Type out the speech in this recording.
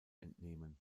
entnehmen